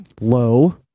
low